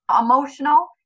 emotional